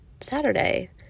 saturday